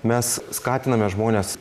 mes skatiname žmones